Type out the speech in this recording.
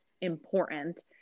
important